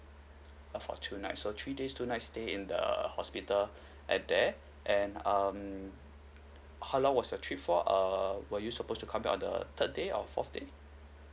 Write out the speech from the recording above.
uh for two night so three days two nights stay in the hospital at there and um how long was your trip for err were you supposed to come back on the third day or forth day